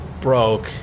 broke